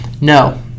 No